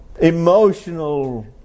emotional